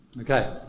Okay